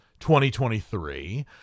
2023